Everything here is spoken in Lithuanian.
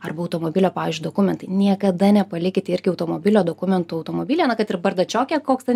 arba automobilio pavyzdžiui dokumentai niekada nepalikite irgi automobilio dokumentų automobilyje na kad ir bardačioke koks ten